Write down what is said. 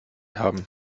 haben